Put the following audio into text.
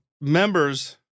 members